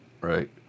Right